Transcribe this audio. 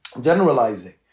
generalizing